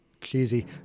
cheesy